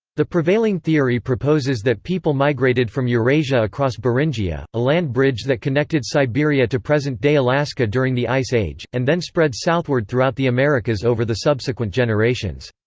the prevailing theory proposes that people migrated from eurasia across beringia, a land bridge that connected siberia to present-day alaska during the ice age, and then spread southward throughout the americas over the subsequent generations.